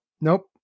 Nope